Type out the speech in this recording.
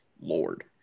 lord